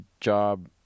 job